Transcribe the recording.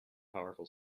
powerful